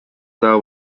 дагы